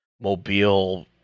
Mobile